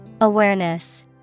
Awareness